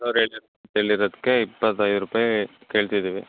ಇಲ್ಲಿ ಇರೋದಕ್ಕೆ ಇಪ್ಪತ್ತೈದು ರೂಪಾಯಿ ಕೇಳ್ತಿದ್ದೀವಿ